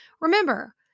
Remember